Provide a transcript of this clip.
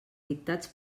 dictats